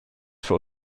für